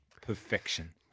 Perfection